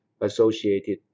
Associated